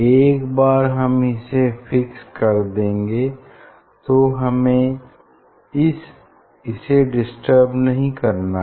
एक बार हम इसे फिक्स कर देंगे तो हमें इस डिस्टर्ब नहीं करना है